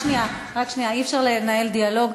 אי-אפשר לנהל דיאלוג.